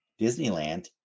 Disneyland